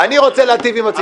אני רוצה להיטיב עם הציבור.